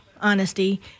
honesty